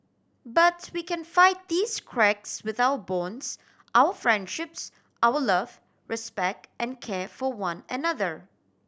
but we can fight these cracks with our bonds our friendships our love respect and care for one another